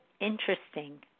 interesting